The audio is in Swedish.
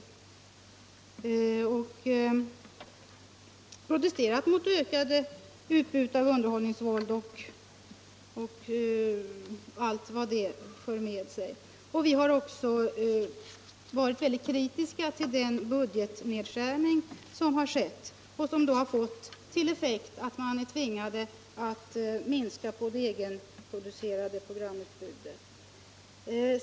Vpk har protesterat mot det ökade utbudet av underhållningsvåld och allt vad det för med sig. Och vpk har också varit väldigt kritiska mot budgetnedskärningen, som har fått till effekt att man har tvingats att minska det egenproducerade programutbudet.